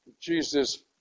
Jesus